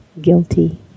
guilty